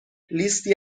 لیستی